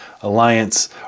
Alliance